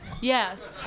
Yes